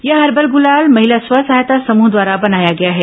यह हर्बल गुलाल महिला स्व सहायता समूह द्वारा बनाया गया है